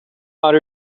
are